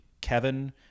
Kevin